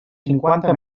cinquanta